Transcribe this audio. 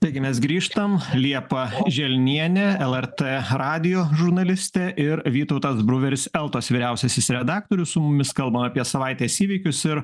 taigi mes grįžtam liepa želnienė lrt radijo žurnalistė ir vytautas bruveris eltos vyriausiasis redaktorius su mumis kalba apie savaitės įvykius ir